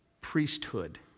priesthood